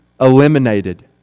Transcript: eliminated